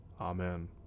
Amen